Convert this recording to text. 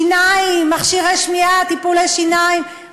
שיניים,